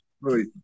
Right